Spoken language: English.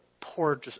poor